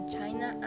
China